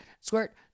squirt